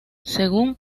según